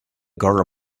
girl